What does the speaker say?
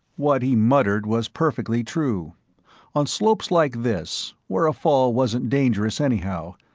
what he muttered was perfectly true on slopes like this, where a fall wasn't dangerous anyhow,